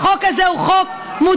החוק הזה הוא חוק מוצדק,